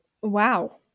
Wow